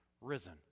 risen